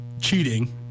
cheating